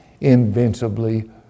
invincibly